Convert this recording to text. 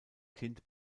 kind